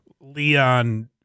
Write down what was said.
Leon